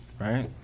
right